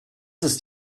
ist